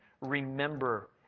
remember